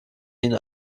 ihnen